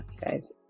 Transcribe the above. guys